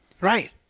Right